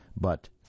but